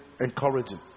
encouraging